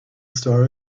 star